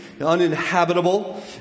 uninhabitable